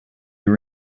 were